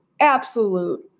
absolute